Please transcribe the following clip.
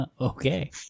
Okay